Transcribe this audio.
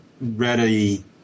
ready